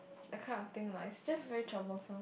that kind of thing lah it's just very troublesome